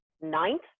ninth